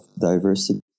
diversity